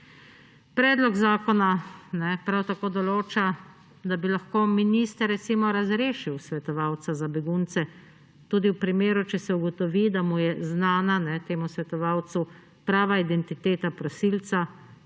Predlog zakona prav tako določa, da bi lahko minister, recimo, razrešil svetovalca za begunce tudi v primeru, če se ugotovi, da je temu svetovalcu znana prava identiteta prosilca.